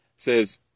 says